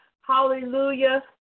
Hallelujah